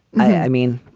i mean,